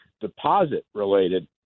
deposit-related